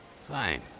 Fine